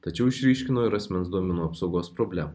tačiau išryškino ir asmens duomenų apsaugos problemų